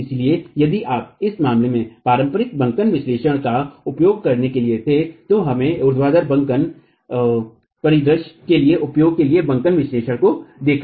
इसलिए यदि आप इस मामले में पारंपरिक बंकन विश्लेषण का उपयोग करने के लिए थे तो हमने ऊर्ध्वाधर बंकन परिदृश्य के लिए उपयोग किए गए बंकन विश्लेषण को देखा